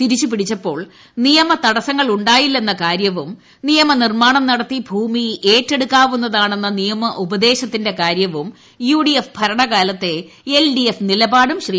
തിരിച്ചുപിടിച്ചപ്പോൾ നിയമ തൂടസ്സ്ങ്ങളുണ്ടായില്ലെന്ന കാര്യവും നിയമനിർമ്മാണം ഏറ്റെടുക്കാവുന്നതാണെന്ന നിയമോപദേശത്തിൻറെ പ്രകാര്യവും യുഡിഎഫ് ഭരണകാലത്തെ എൽഡിഎഫ് നിലപാടും ശ്രീ